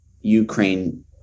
Ukraine